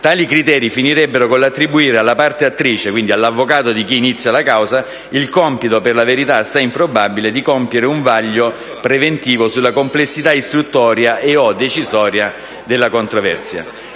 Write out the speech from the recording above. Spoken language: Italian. Tali criteri finirebbero con l'attribuire alla parte attrice, quindi all'avvocato di chi inizia la causa, il compito, per la verità assai improbabile, di compiere un vaglio preventivo sulla complessità istruttoria e/o decisoria della controversia;